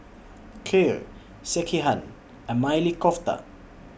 Kheer Sekihan and Maili Kofta